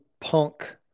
punk